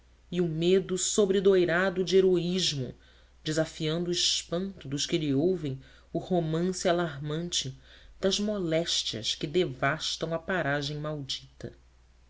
e o medo sobredoirado de heroísmo desafiando o espanto dos que lhe ouvem o romance alarmante das moléstias que devastam a paragem maldita